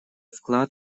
вклад